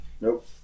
Nope